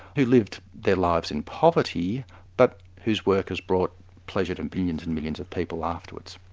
who lived their lives in poverty but whose work has brought pleasure to millions and millions of people afterwards.